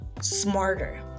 smarter